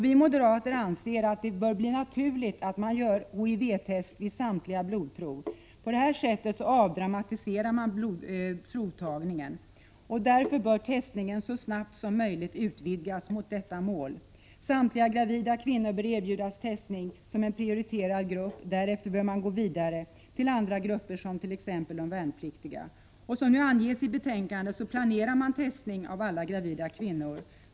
Vi moderater anser att det bör bli naturligt att HIV-test görs vid samtliga blodprov. På detta sätt avdramatiseras provtagningen. Därför bör testningen så snabbt som möjligt utvidgas i riktning mot detta mål. Samtliga gravida kvinnor bör, som en prioriterad grupp, erbjudas testning. Därefter bör man gå vidare till andra grupper, t.ex. de värnpliktiga. Som framgår av betänkandet planeras nu testning av alla gravida kvinnor.